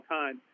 time